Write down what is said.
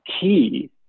key